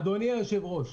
אדוני היושב-ראש,